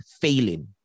failing